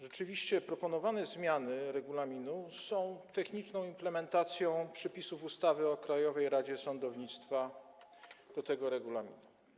Rzeczywiście proponowane zmiany regulaminu są techniczną implementacją przepisów ustawy o Krajowej Radzie Sądownictwa do tego regulaminu.